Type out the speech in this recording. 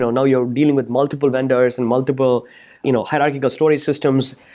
now, you're dealing with multiple vendors and multiple you know hierarchical storage systems,